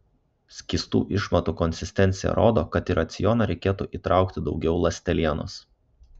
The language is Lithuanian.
skystų išmatų konsistencija rodo kad į racioną reikėtų įtraukti daugiau ląstelienos